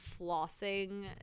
flossing